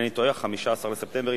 אני מזמין את חברת הכנסת רונית תירוש,